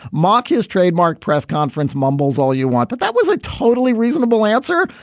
markey's trademark press conference mumbles all you want, but that was a totally reasonable answer.